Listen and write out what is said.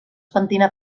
pentina